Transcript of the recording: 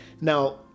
Now